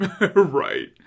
right